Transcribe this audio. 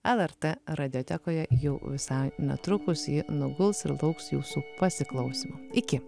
lrt radijotekoje jau visai netrukus ji nuguls ir lauks jūsų pasiklausymo iki